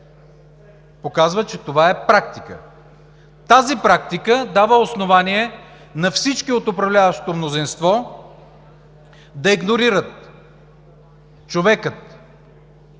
показва, че това е практика. Тази практика дава основание на всички от управляващото мнозинство да игнорират човека